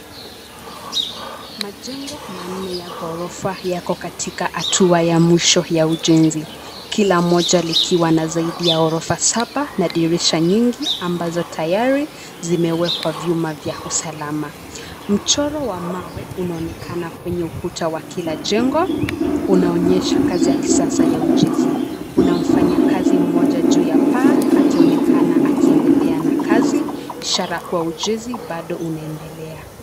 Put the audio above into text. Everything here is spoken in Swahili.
Majengo manne ya ghorofa yako katika hatua ya mwisho ya ujenzi, kila mmoja likiwa na zaidi ya ghorofa saba na dirisha nyingi ambazo tayari zimewekwa vyuma vya usalama. Mchoro wa mawe unaonekana kwenye ukuta wa kila jengo, unaonyesha kazi ya kisasa ya ujenzi. Kuna mfanyakazi mmoja juu ya paa, akionekana akiendelea na kazi, ishara kuwa ujenzi bado unaendelea.